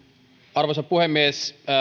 arvoisa puhemies